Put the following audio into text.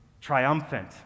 Triumphant